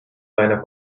meiner